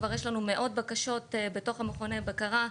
כבר יש לנו מאות בקשות בתוך מכוני הבקרה.